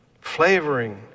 flavoring